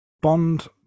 Bond